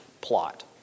plot